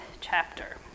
chapter